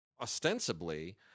ostensibly